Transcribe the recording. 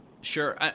sure